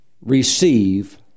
receive